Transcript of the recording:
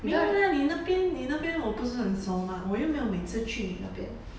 没有啦你那边你那边我不是很熟嘛我又没有每次去你那边